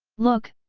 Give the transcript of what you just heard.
look,